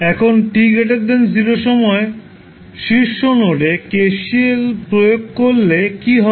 এখন t 0 সময়ে শীর্ষ নোডে কেসিএল প্রয়োগ করলে কী হবে